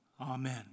Amen